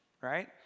Right